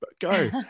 go